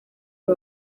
uyu